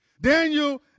Daniel